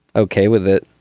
okay with it.